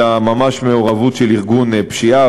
אלא ממש מעורבות של ארגון פשיעה,